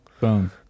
boom